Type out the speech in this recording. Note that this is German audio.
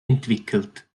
entwickelt